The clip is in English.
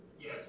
Yes